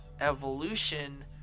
evolution